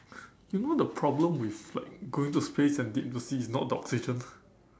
you know the problem with like going to space and deep into the sea is not the oxygen